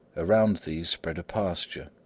around these spread a pasture,